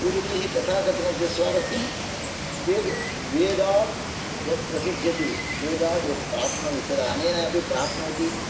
पूर्वजैः तथा कथनस्य स्वारस्यं वेद वेदात् यत् प्रसिद्ध्यति वेदात् यत् प्राप्नोति तदा अनेनापि प्राप्नोति